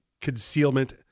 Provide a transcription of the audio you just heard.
concealment